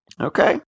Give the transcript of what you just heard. Okay